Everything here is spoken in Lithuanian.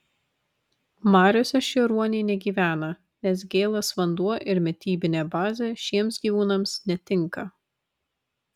mariose šie ruoniai negyvena nes gėlas vanduo ir mitybinė bazė šiems gyvūnams netinka